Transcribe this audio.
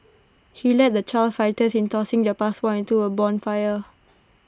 he led the child fighters in tossing their passports into A bonfire